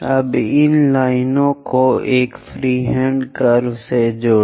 अब इन लाइनों को एक फ्रीहैंड कर्व से जोड़ दें